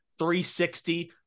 360